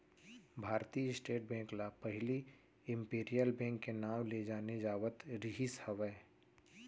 भारतीय State Bank ल पहिली इम्पीरियल बेंक के नांव ले जाने जावत रिहिस हवय